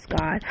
God